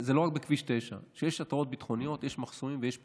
זה לא רק בכביש 9. כשיש התרעות ביטחוניות יש מחסומים ויש פקקים.